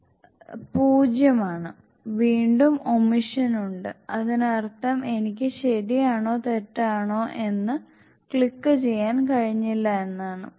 0 ആണ് വീണ്ടും ഒമിഷൻ ഉണ്ട് അതിനർത്ഥം എനിക്ക് ശരിയാണോ തെറ്റാണോ എന്ന് ക്ലിക്കുചെയ്യാൻ കഴിഞ്ഞില്ല എന്നാണ്